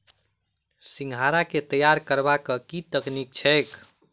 सिंघाड़ा केँ तैयार करबाक की तकनीक छैक?